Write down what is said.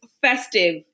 festive